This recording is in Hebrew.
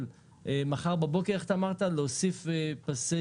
שמחר בבוקר,